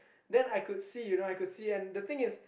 then I could see you know I could see and the thing is